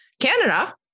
Canada